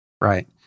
Right